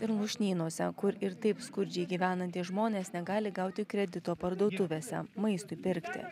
ir lūšnynuose kur ir taip skurdžiai gyvenantys žmonės negali gauti kredito parduotuvėse maistui pirkti